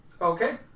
Okay